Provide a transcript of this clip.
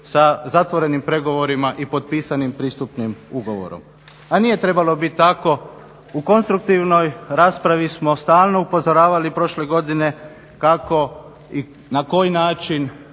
sa zatvorenim pregovorima i potpisanim pristupnim ugovorom. A nije trebalo biti tako, u konstruktivnoj raspravi smo stalno upozoravali prošle godine kako i na koji način